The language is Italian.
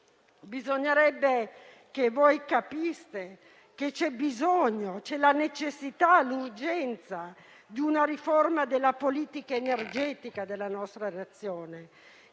Bisognerebbe che voi capiste che c'è bisogno, c'è la necessità e l'urgenza di una riforma della politica energetica della nostra Nazione,